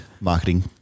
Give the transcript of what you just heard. marketing